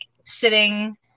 sitting